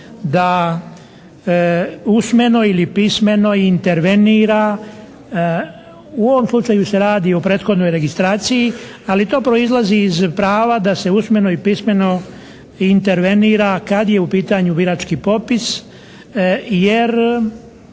da usmeno ili pismeno intervenira. U ovom slučaju se radi o prethodnoj registraciji, ali to proizlazi iz prava da se usmeno i pismeno intervenira kad je u pitanju birački popis. Jer